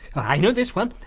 i know this one,